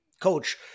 coach